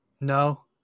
No